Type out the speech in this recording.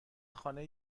خانه